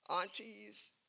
aunties